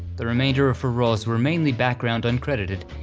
the remainder of four roles were mainly background uncredited,